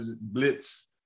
blitz